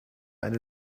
eine